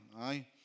Aye